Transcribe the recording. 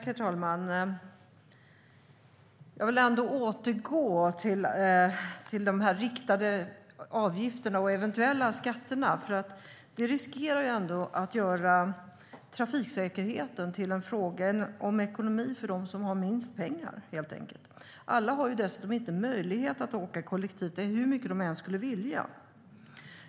Herr talman! Jag vill ändå återgå till de riktade avgifterna och eventuella skatterna. Det riskerar nämligen helt enkelt att göra trafiksäkerheten till en fråga om ekonomi för dem som har minst pengar. Alla har dessutom inte möjlighet att åka kollektivt, hur mycket de än skulle vilja.